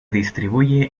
distribuye